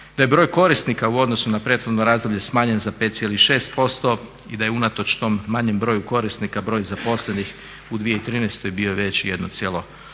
da je broj korisnika u odnosu na prethodno razdoblje smanjen za 5,6% i da je unatoč tom manjem broju korisnika broj zaposlenih u 2013. bio već 1,8%.